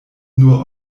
nur